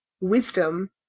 wisdom